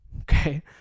Okay